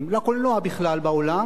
לקולנוע בכלל בעולם,